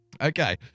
Okay